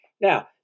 Now